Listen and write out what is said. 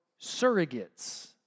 surrogates